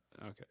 Okay